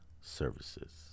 Services